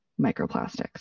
microplastics